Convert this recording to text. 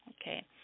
Okay